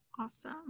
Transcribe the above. Awesome